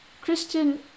Christian